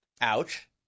Ouch